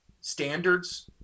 standards